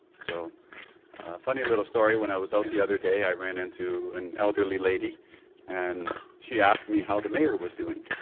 so funny little story when i was out the other day i ran into an elderly lady and she asked me how the mayor was doing?